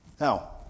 Now